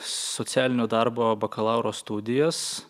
socialinio darbo bakalauro studijas